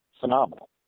phenomenal